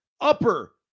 upper